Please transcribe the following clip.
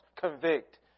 Convict